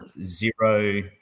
zero